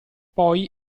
poi